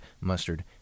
mustard